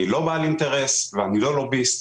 אני לא בעל אינטרס ואני לא לוביסט,